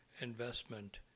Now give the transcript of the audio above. investment